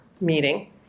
meeting